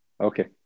Okay